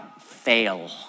fail